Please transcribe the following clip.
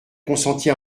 consentis